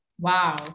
Wow